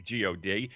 God